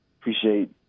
appreciate